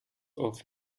off